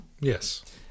Yes